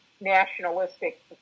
nationalistic